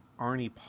Arnie